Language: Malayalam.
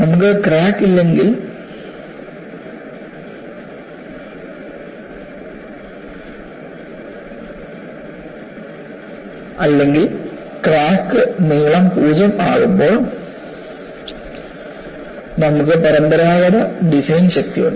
നമുക്ക് ക്രാക്ക് ഇല്ലെങ്കിൽ അല്ലെങ്കിൽ ക്രാക്ക് നീളം പൂജ്യം ആകുമ്പോൾ നമുക്ക് പരമ്പരാഗത ഡിസൈൻ ശക്തിയുണ്ട്